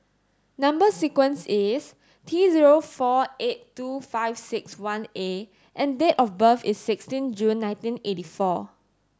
number sequence is T zero four eight two five six one A and date of birth is sixteen June nineteen eighty four